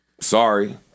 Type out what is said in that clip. Sorry